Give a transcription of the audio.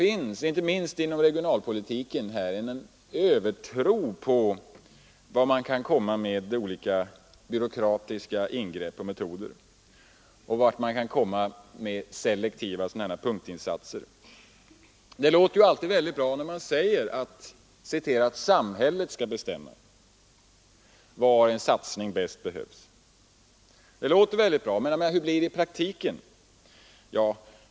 Inte minst inom regionalpolitiken finns det en mångfald av olika byråkratiska ingrepp och selektiva punktinsatser. Det låter ju alltid bra när man säger att ”samhället” skall bestämma var en satsning bäst behövs. Men hur blir det i praktiken?